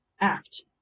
act